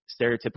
stereotypical